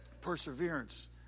Perseverance